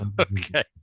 okay